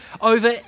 over